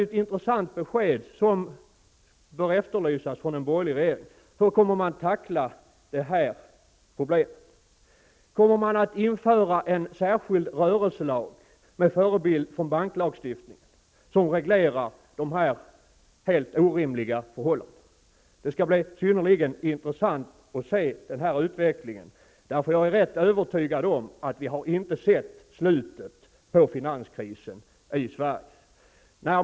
Ett intressant besked som bör efterlysas från den borgerliga regeringen är: Hur kommer man att tackla detta problem? Kommer man att införa en särskild rörelselag, med förebild från banklagstiftningen, som reglerar dessa helt orimliga förhållanden. Det skall bli synnerligen intressant att se den här utvecklingen. Jag är rätt övertygad om att vi inte har sett slutet på finanskrisen i Sverige.